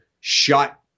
shut